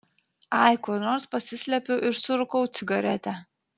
ai kur nors pasislepiu ir surūkau cigaretę